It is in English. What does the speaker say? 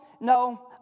no